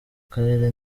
karere